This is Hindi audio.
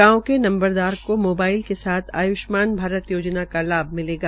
गांव के नंबरदार को मोबाइल के साथ आय्ष्मान भारत योजना का लाभ मिलेगा